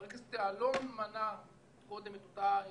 חבר הכנסת יעלון מנה קודם את אותה החלטה,